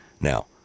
Now